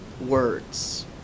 words